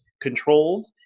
controlled